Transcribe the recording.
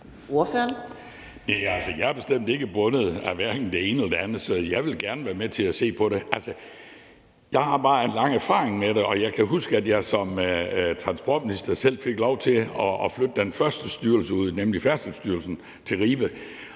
Jeg er bestemt ikke bundet, hverken af det ene eller det andet, så jeg vil gerne være med til at se på det. Jeg har bare en lang erfaring med det. Jeg kan huske, at jeg som transportminister selv fik lov til at flytte den første styrelse ud, nemlig Færdselsstyrelsen, som kom